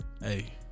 hey